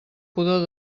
pudor